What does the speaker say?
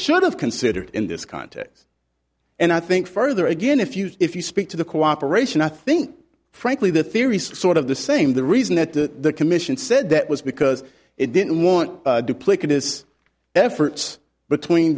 should have considered in this context and i think further again if you if you speak to the cooperation i think frankly the theory sort of the same the reason that the commission said that was because it didn't want duplicative efforts between